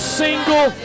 single